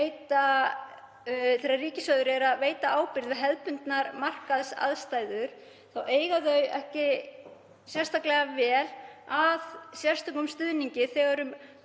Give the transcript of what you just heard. þegar ríkissjóður veitir ábyrgð við hefðbundnar markaðsaðstæður þá eiga þau ekki sérstaklega vel við sérstakan stuðning þegar